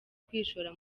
kwishora